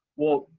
well,